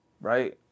right